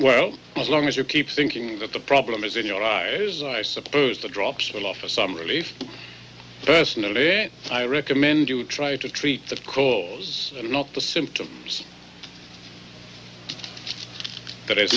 well as long as you keep thinking that the problem is in your eyes i suppose the drops will offer some relief personally i recommend you try to treat the cause and not the symptoms there